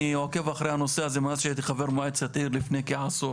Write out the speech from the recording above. אני עוקב אחרי הנושא הזה מאז שהייתי חבר מועצת עיר לפני כעשור.